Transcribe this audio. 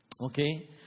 Okay